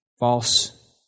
False